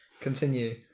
continue